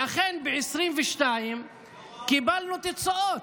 ואכן ב-2022 קיבלנו תוצאות: